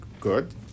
good